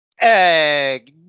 Egg